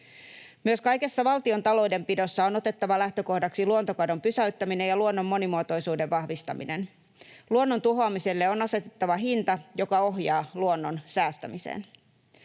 Myös kaikessa valtion taloudenpidossa on otettava lähtökohdaksi luontokadon pysäyttäminen ja luonnon monimuotoisuuden vahvistaminen. Luonnon tuhoamiselle on asetettava hinta, joka ohjaa luonnon säästämiseen.